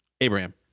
Abraham